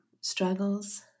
struggles